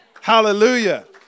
Hallelujah